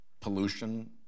pollution